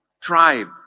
tribe